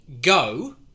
go